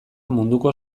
munduko